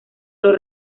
los